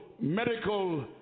medical